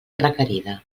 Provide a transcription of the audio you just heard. requerida